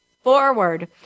Forward